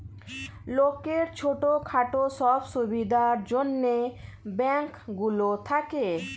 লোকের ছোট খাটো সব সুবিধার জন্যে ব্যাঙ্ক গুলো থাকে